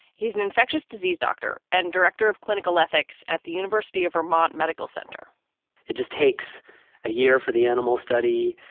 he's an infectious disease doctor and director of clinical ethics at the university of vermont medical center it just takes a year for the animal study.